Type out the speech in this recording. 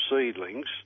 seedlings